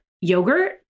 yogurt